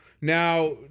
Now